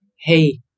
hey